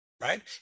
right